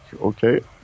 okay